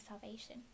salvation